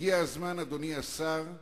הגיע הזמן, אדוני השר,